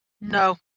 no